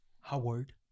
Howard